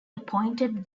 appointed